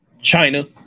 China